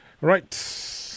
Right